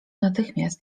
natychmiast